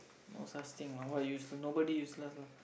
no such thing lah what useless nobody useless lah